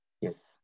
Yes